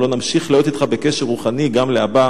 והלוא נמשיך להיות אתך בקשר רוחני גם להבא.